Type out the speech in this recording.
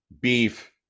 beef